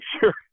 sure